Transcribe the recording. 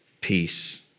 peace